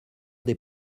des